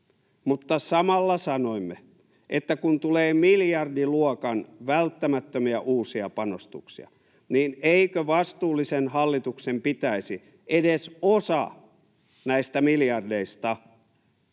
samalla sanoimme, että kun tulee miljardiluokan välttämättömiä uusia panostuksia, niin eikö vastuullisen hallituksen pitäisi edes osa näistä miljardeista pyrkiä